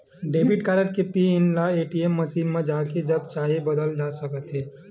debit card के PIN ल ATM machine म जाके जब चाहे बदले जा सकत हे